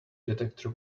detector